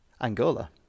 Angola